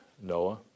Noah